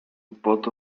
both